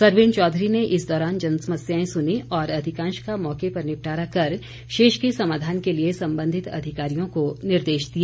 सरवीण चौधरी ने इस दौरान जनसमस्याएं सुनीं और अधिकांश का मौके पर निपटारा कर शेष के समाधान के लिए संबंधित अधिकारियों को निर्देश दिए